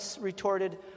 retorted